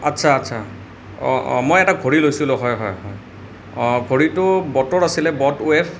আচ্ছা আচ্ছা অঁ অঁ মই এটা ঘড়ী লৈছিলোঁ হয় হয় হয় অঁ ঘড়ীটো বটৰ আছিলে বট ৱেভ